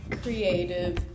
creative